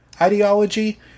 ideology